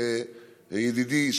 ידידי,